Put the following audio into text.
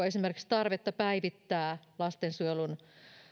esimerkiksi tarvetta päivittää lastensuojelun